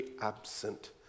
absent